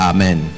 Amen